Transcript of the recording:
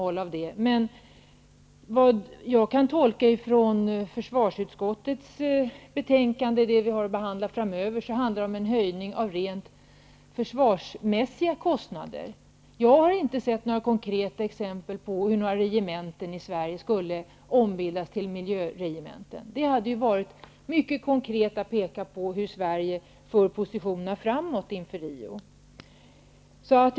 Men vad jag kan utläsa av det betänkande från försvarsutskottet som vi har att behandla framöver, handlar det om en höjning av rent försvarsmässiga kostnader. Jag har inte sett några konkreta exempel på att några regementen i Sverige skulle ombildas till miljöregementen. Det hade ju varit att mycket konkret peka på hur Sverige för positionerna framåt inför Riomötet.